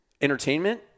entertainment